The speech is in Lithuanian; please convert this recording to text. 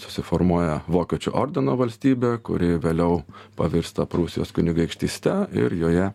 susiformuoja vokiečių ordino valstybė kuri vėliau pavirsta prūsijos kunigaikštyste ir joje